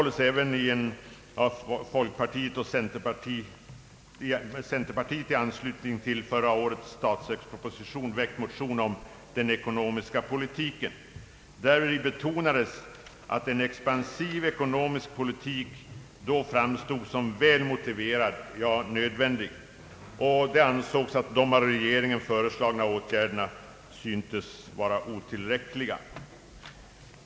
I en av folkpartiet och centerpartiet i anslutning till förra årets statsverksproposition väckt motion om den ekonomiska politiken betonades också att »en expansiv ekonomisk politik framstår som väl motiverad — ja, nödvändig». »De av regeringen föreslagna åtgärderna synes oss otillräckliga», sades det i motionen.